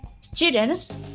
students